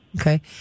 Okay